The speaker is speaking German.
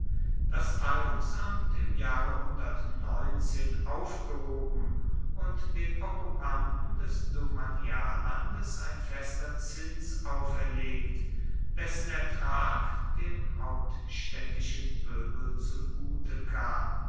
das teilungsamt im jahre aufgehoben und den okkupanten des domaniallandes ein fester zins auferlegt dessen ertrag dem hauptstädtischen pöbel zugute kam